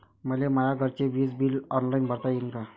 मले माया घरचे विज बिल ऑनलाईन भरता येईन का?